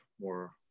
more